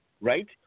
right